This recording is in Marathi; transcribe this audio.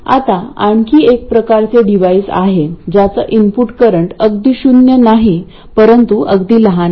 आता आणखी एक प्रकारचे डिव्हाइस आहे ज्याचा इनपुट करंट अगदी शून्य नाही परंतु अगदी लहान आहे